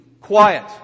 Quiet